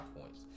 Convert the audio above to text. points